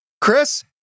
Chris